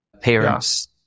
parents